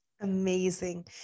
Amazing